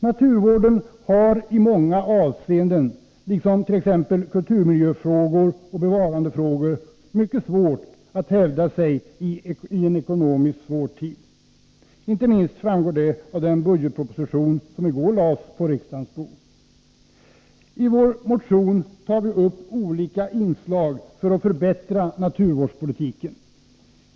Naturvården har i många avseenden, t.ex. när det gäller kulturmiljöfrågor och bevarandefrågor, mycket svårt att hävda sig i en ekonomiskt svår tid. Inte minst framgår detta av den budgetproposition som i går lades på riksdagens bord. I vår motion föreslår vi olika åtgärder för att förbättra naturvårdspolitiken.